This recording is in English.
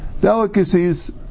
delicacies